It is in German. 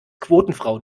quotenfrau